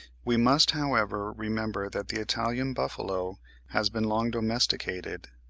we must, however, remember that the italian buffalo has been long domesticated,